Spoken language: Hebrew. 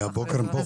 נכון.